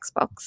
Xbox